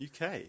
UK